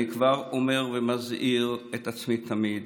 אני כבר אומר ומזהיר את עצמי תמיד,